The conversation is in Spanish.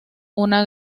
una